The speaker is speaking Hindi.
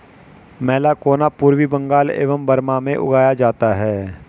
मैलाकोना पूर्वी बंगाल एवं बर्मा में उगाया जाता है